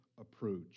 approach